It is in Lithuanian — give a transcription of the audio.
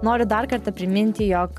noriu dar kartą priminti jog